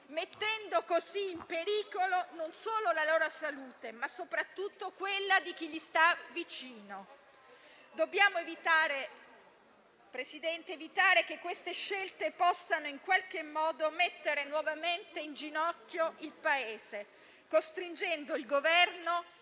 mettendo così in pericolo non solo la loro salute, ma soprattutto quella di chi gli sta vicino. Presidente, dobbiamo evitare che queste scelte possano mettere nuovamente in ginocchio il Paese, costringendo il Governo